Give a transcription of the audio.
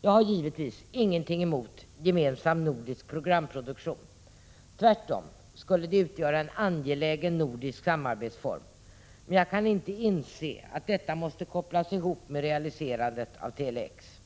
Jag har givetvis ingenting emot gemensam nordisk programproduktion — tvärtom skulle det utgöra en angelägen nordisk samarbetsform — men jag kan inte inse att detta måste kopplas ihop med realiserandet av Tele-X.